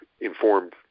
informed